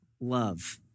love